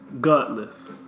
Gutless